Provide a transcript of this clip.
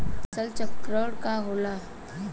फसल चक्रण का होला?